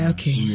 Okay